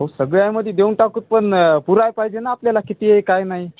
हो सगळ्यानी देऊन टाकू तर पण पुरायला पाहिजे ना आपल्याला किती आहे काय नाही